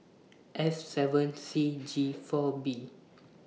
F seven C G four B